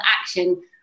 action